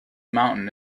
mountain